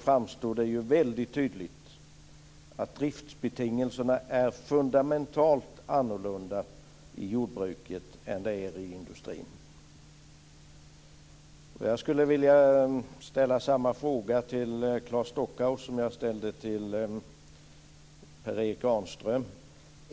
framstår det väldigt tydligt att driftsbetingelserna är fundamentalt annorlunda i jordbruket än de är i industrin. Jag skulle vilja ställa samma fråga till Claes Stockhaus som jag ställde till Per Erik Granström.